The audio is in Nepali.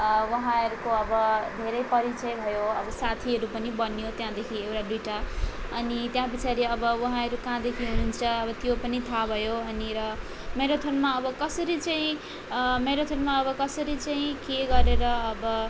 उहाँहरूको अब धेरै परिचय भयो अब साथीहरू पनि बनियो त्यहाँदेखि एउटा दुइवटा अनि त्यहाँ पछाडि अब उहाँहरू कहाँदेखि हुनु हुन्छ अब त्यो पनि थाहा भयो अनि र म्याराथुनमा अब कसरी चाहिँ म्याराथुनमा अब कसरी चाहिँ के गरेर अब